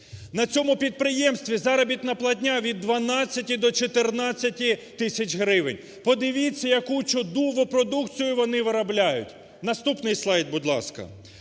На цьому підприємстві заробітна платня від 12 до 14 тисяч гривень. Подивіться, яку чудову продукцію вони виробляють. Наступний слайд, будь ласка.